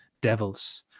devils